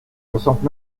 soixante